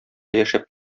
яшәп